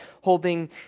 holding